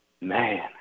Man